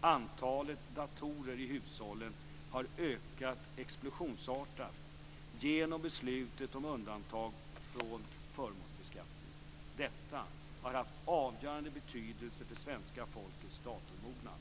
Antalet datorer i hushållen har ökat explosionsartat genom beslutet om undantag från förmånsbeskattning. Detta har haft avgörande betydelse för svenska folkets datormognad.